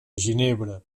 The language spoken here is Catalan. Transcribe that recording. ginebra